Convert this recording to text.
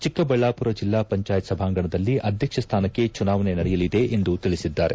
ಚಿಕ್ಕಬಳ್ಳಾಮರ ಜಿಲ್ಲಾ ಪಂಚಾಯತ್ ಸಭಾಂಗಣದಲ್ಲಿ ಅಧ್ಯಕ್ಷ ಸ್ಥಾನಕ್ಕೆ ಚುನಾವಣೆ ನಡೆಯಲಿದೆ ಎಂದು ತಿಳಿಸಿದ್ದಾರೆ